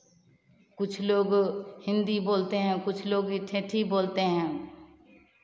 कुछ लोग हिन्दी बोलते हैं कुछ लोग ही ठेठी बोलते हैं